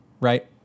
right